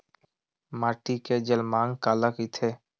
माटी के जलमांग काला कइथे?